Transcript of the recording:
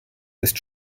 ist